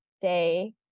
day